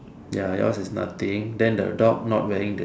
ya yours is nothing then the dog not wearing the